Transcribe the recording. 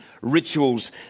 rituals